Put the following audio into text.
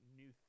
new